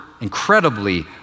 incredibly